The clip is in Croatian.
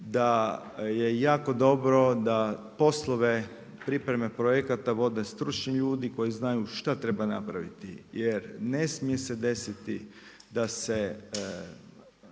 da je jako dobro da poslove pripreme projekata vode stručni ljudi, koji znaju šta treba napraviti jer ne smije se desiti da se